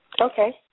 Okay